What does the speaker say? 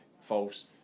false